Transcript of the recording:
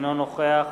אינו נוכח